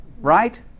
Right